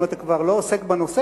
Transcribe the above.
אם אתה כבר לא עוסק בנושא,